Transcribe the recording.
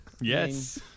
Yes